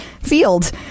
field